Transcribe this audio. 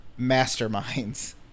Masterminds